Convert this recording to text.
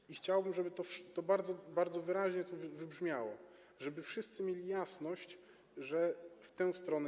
I chciałbym, żeby to bardzo, bardzo wyraźnie wybrzmiało, żeby wszyscy mieli jasność, że idziemy w tę stronę.